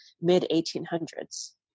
mid-1800s